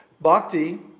Bhakti